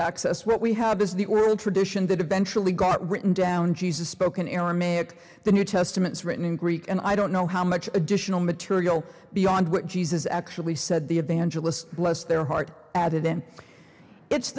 access what we have is the oral tradition that eventually got written down jesus spoken aramaic the new testament is written in greek and i don't know how much additional material beyond what jesus actually said the evangelist bless their heart added him it's